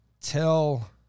tell